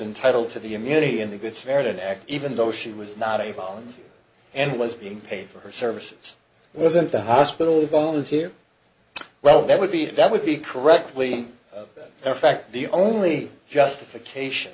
entitled to the immunity in the good samaritan act even though she was not involved and was being paid for her services wasn't the hospital volunteer well that would be that would be correctly the fact the only justification